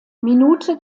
minute